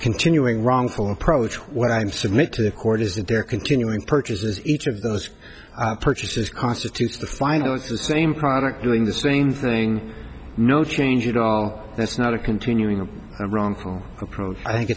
continuing wrongful approach what i'm submit to the court is that they're continuing purchases each of those purchases constitutes the final it's the same product doing the same thing no change at all that's not a continuing and wrong approach i think